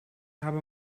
habe